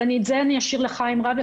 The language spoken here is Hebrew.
אבל את זה אני אשאיר לחיים רביה,